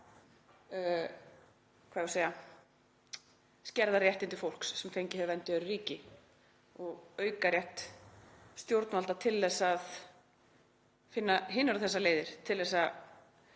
við að segja, skerða réttindi fólks sem fengið hefur vernd í öðru ríki og auka rétt stjórnvalda til að finna hinar og þessar leiðir til þess að